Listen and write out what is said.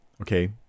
okay